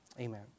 Amen